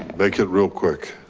make it real quick.